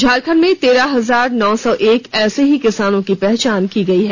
झारखंड में तेरह हजार नौ सौ एक ऐसे ही किसानों की पहचान की गई है